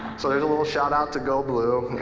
so there's a little shout out to go blue.